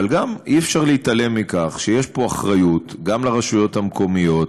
אבל גם אי-אפשר להתעלם מכך שיש פה אחריות גם לרשויות המקומיות,